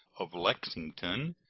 of lexington,